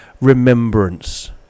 remembrance